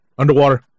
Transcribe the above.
Underwater